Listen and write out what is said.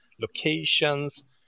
locations